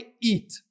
eat